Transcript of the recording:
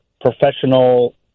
professional